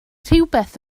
rhywbeth